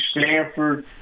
Stanford